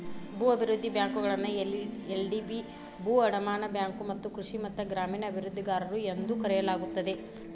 ಭೂ ಅಭಿವೃದ್ಧಿ ಬ್ಯಾಂಕುಗಳನ್ನ ಎಲ್.ಡಿ.ಬಿ ಭೂ ಅಡಮಾನ ಬ್ಯಾಂಕು ಮತ್ತ ಕೃಷಿ ಮತ್ತ ಗ್ರಾಮೇಣ ಅಭಿವೃದ್ಧಿಗಾರರು ಎಂದೂ ಕರೆಯಲಾಗುತ್ತದೆ